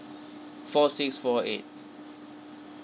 four six four eight